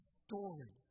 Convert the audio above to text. story